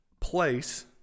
place